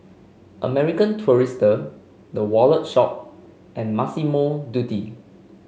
American Tourister The Wallet Shop and Massimo Dutti